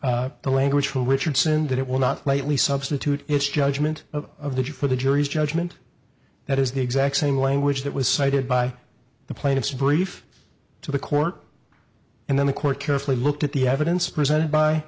quoted the language to richardson that it will not lightly substitute its judgment of the judge for the jury's judgment that is the exact same language that was cited by the plaintiff's brief to the court and then the court carefully looked at the evidence presented by